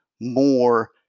more